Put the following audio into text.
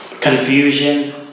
confusion